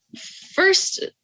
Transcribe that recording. first